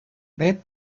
rate